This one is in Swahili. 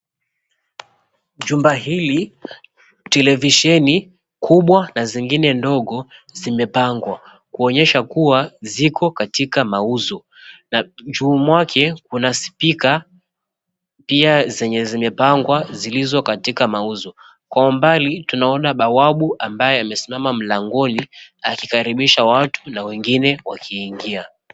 Jumba hili televisheni kubwa na zingine ndogo zimepangwa kuonyesha Kuwa ziko katika mauzo na juu mwake Kuna {cs}spika{cs} pia zenye zimepangwa zilizokatika mauzo Kwa umbali tunaona bawabu ambaye amesimama mlangoni akikaribisha watu wengine wakiingia.